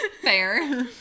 fair